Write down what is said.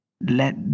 let